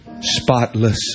spotless